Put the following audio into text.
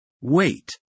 Wait